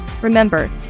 Remember